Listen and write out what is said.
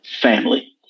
family